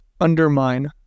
undermine